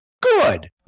good